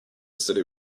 city